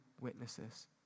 witnesses